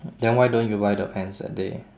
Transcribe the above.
then why don't you buy the pants that day